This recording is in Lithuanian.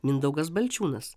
mindaugas balčiūnas